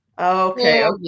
Okay